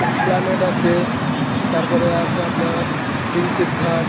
Esplanade আছে তারপর আছে আপনার প্রিন্সেপ ঘাট